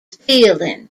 fielding